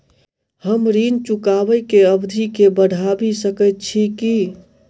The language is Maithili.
हम ऋण चुकाबै केँ अवधि केँ बढ़ाबी सकैत छी की?